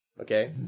Okay